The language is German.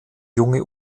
junge